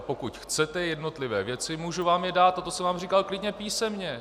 Pokud chcete jednotlivé věci, můžu vám je dát, a to jsem vám říkal, klidně písemně.